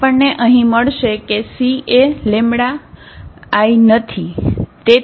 આપણને અહીં મળશે કે c એ i નથી